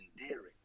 endearing